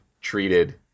treated